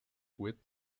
with